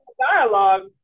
dialogue